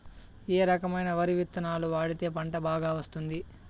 ఏ రకమైన వరి విత్తనాలు వాడితే పంట బాగా వస్తుంది?